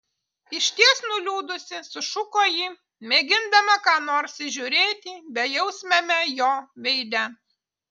išties nuliūdusi sušuko ji mėgindama ką nors įžiūrėti bejausmiame jo veide